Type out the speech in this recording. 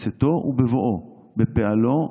בצאתו ובבואו, בפעלו,